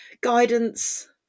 guidance